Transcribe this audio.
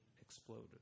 exploded